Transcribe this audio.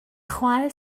chwaer